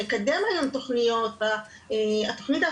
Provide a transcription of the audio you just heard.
מקדם היום תכניות.